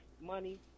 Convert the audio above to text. money